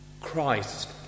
Christ